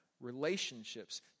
Relationships